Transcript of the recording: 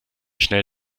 schnell